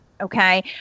okay